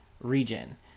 region